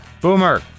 Boomer